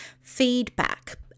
feedback